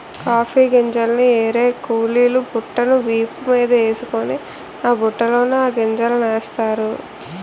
coffee గింజల్ని ఏరే కూలీలు బుట్టను వీపు మీదేసుకొని ఆ బుట్టలోన ఆ గింజలనేస్తారు